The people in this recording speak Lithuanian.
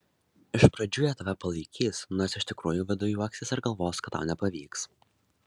iš pradžių jie tave palaikys nors iš tikrųjų viduj juoksis ir galvos kad tau nepavyks